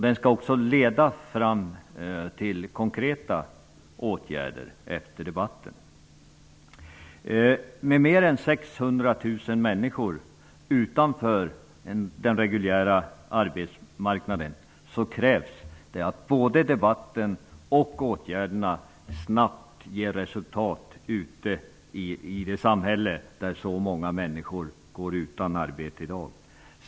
Den skall också leda fram till konkreta åtgärder efter debatten. Med mer än 600 000 människor utanför den reguljära arbetsmarknaden krävs det att både debatten och åtgärderna snabbt ger resultat ute i det samhälle där så många människor går utan arbete i dag.